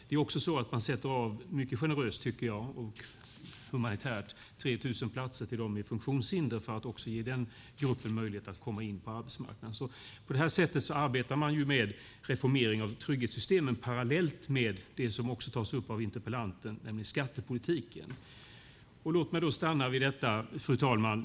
Det är också så att man sätter av, mycket generöst och humanitärt, tycker jag, 3 000 platser till dem med funktionshinder för att också ge den gruppen möjlighet att komma in på arbetsmarknaden. På det här sättet arbetar man ju med reformering av trygghetssystemen parallellt med det som också tas upp av interpellanten, nämligen skattepolitiken. Låt mig då stanna vid detta, fru talman.